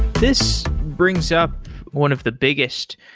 this brings up one of the biggest,